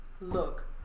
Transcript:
look